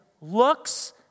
looks